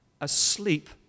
asleep